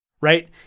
right